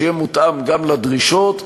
שיהיה מותאם גם לדרישות,